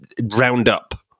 roundup